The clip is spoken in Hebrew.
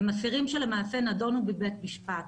הם אסירים שלמעשה נדונו בבית משפט.